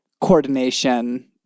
coordination